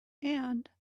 and